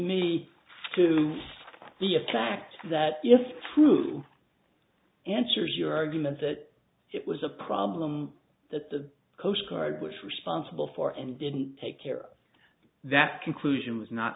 me to be a fact that if true answers your argument that it was a problem that the coast guard which responsible for and didn't take care of that conclusion was not